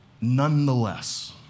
nonetheless